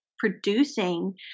producing